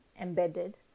embedded